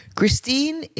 Christine